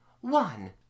one